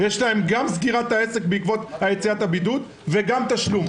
גם סגירת העסק בעקבות יציאה מהבידוד וגם תשלום.